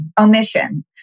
Omission